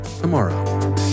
tomorrow